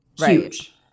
Huge